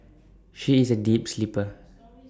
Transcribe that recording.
she is A deep sleeper